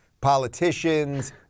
politicians